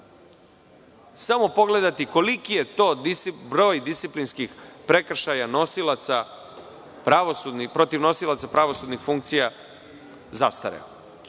treba pogledati koliki je broj disciplinskih prekršaja protiv nosilaca pravosudnih funkcija zastareo.